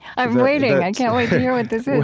i'm waiting. i can't wait to hear what this